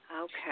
Okay